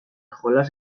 jolas